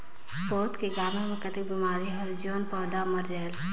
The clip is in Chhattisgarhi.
पौधा के गाभा मै कतना बिमारी होयल जोन पौधा मर जायेल?